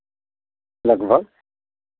लगभग